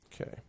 Okay